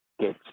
get